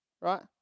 Right